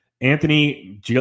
Anthony